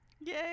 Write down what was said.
Yay